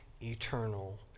eternal